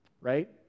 right